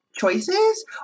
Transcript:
choices